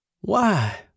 Why